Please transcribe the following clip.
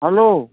hello